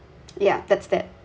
yeah that's that